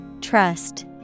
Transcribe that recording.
Trust